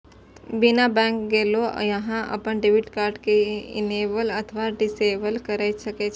बिना बैंक गेलो अहां अपन डेबिट कार्ड कें इनेबल अथवा डिसेबल कैर सकै छी